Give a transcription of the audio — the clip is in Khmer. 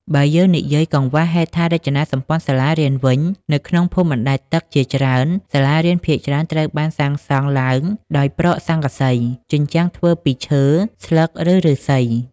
បើយើងនិយាយកង្វះហេដ្ឋារចនាសម្ព័ន្ធសាលារៀនវិញ នៅក្នុងភូមិបណ្តែតទឹកជាច្រើន សាលារៀនភាគច្រើនត្រូវបានសាងសង់ឡើងដោយប្រក់ស័ង្កសី ជញ្ជាំងធ្វើពីឈើ ស្លឹក ឬឫស្សី។